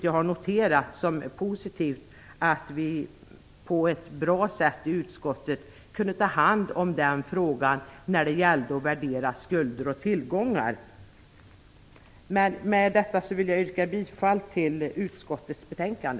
Jag har noterat att vi i utskottet på ett bra sätt kunde ta hand om frågan att värdera skulder och tillgångar. Med detta vill jag yrka bifall till utskottets förslag.